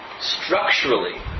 structurally